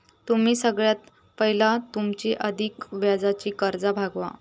तुम्ही सगळ्यात पयला तुमची अधिक व्याजाची कर्जा भागवा